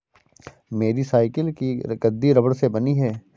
मेरी साइकिल की गद्दी रबड़ से बनी है